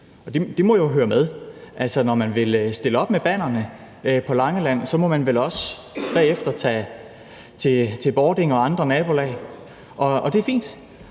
Det må jo høre med. Altså, når man vil stille op med bannerne på Langeland, så må man vel også bagefter tage til Bording og andre nabolag. Det er fint.